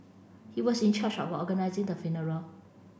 he was in charge of organising the funeral